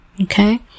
okay